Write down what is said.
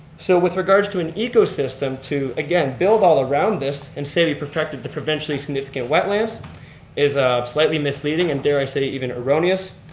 so with regards to an ecosystem, to again build all around this, and say we've protected the provincially significant wetlands is ah slightly misleading, and dare i say even erroneous.